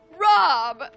Rob